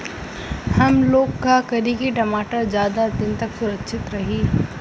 हमलोग का करी की टमाटर ज्यादा दिन तक सुरक्षित रही?